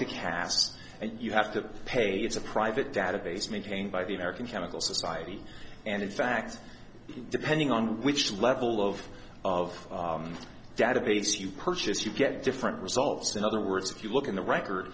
to cast and you have to pay a private database maintained by the american chemical society and in fact depending on which level of of the database you purchase you get different results in other words if you look in the record